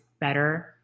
better